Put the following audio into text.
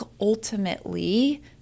ultimately